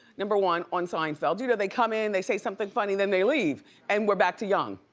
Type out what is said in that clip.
number one, on seinfeld. you know they come in, they say somethin' funny then they leave and we're back to young.